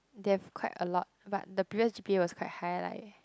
they have quite a lot but the previous g_p_a was quite high like